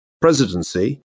presidency